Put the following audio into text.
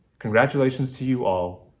congratulations to you all.